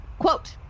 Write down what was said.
quote